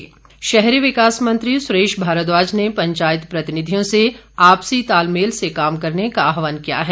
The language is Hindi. सुरेश भारद्वाज शहरी विकास मंत्री सुरेश भारद्वाज ने पंचायत प्रतिनिधियों से आपसी तालमेल से काम करने का आहवान किया है